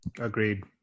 Agreed